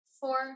four